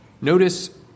notice